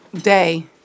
Day